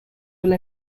were